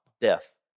Death